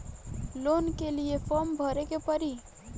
Loan के लिए form भरे के पड़ी?